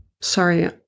Sorry